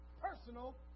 personal